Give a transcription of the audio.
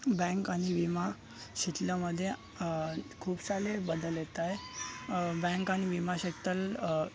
bank आणि विमा क्षेत्रामध्ये खूप सारे बदल येत आहे बँक आणि विमा शेक्तल